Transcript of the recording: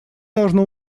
должно